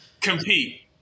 compete